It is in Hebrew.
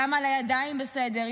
דם על הידיים בסדר.